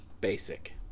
basic